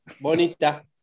bonita